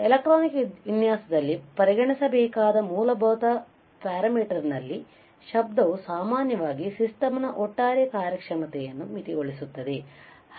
electronic ವಿನ್ಯಾಸದಲ್ಲಿ ಪರಿಗಣಿಸಬೇಕಾದ ಮೂಲಭೂತ ಪ್ಯಾರಾಮೀಟರ್ನಲ್ಲಿನ ಶಬ್ದವು ಸಾಮಾನ್ಯವಾಗಿ ಸಿಸ್ಟಮ್ನ ಒಟ್ಟಾರೆ ಕಾರ್ಯಕ್ಷಮತೆಯನ್ನು ಮಿತಿಗೊಳಿಸುತ್ತದೆ